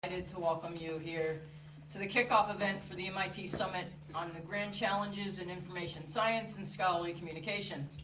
and to welcome you here to the kickoff event for the mit summit on the grand challenges in information science and scholarly communication.